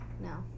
No